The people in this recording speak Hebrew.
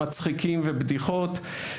מצחיקים ובדיחות,